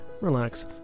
relax